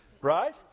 Right